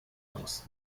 aus